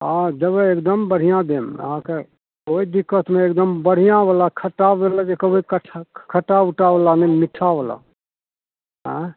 हँ देबै एकदम बढ़िआँ देब अहाँकेँ कोइ दिक्कत नहि एगदम बढ़िआँवला खट्टा एक्को बेर जे कहबै खट्टा उट्टावला नहि मिट्ठावला आँए